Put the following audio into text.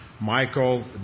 Michael